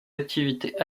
activités